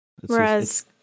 Whereas